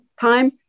time